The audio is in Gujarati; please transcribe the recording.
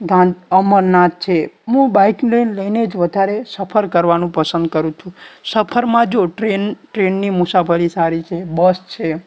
ગાં અમરનાથ છે હું બાઈક લઈ લઈને જ વધારે સફર કરવાનું પસંદ કરું છું સફરમાં જો ટ્રેન ટ્રેનની મુસાફરી સારી છે બસ છે